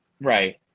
Right